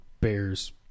Bears